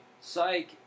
psych